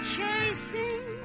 Chasing